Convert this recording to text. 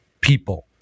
people